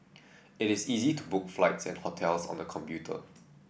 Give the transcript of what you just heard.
it is easy to book flights and hotels on the computer